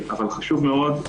אבל חשוב מאוד,